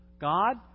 God